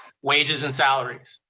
wages and salaries,